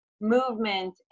movement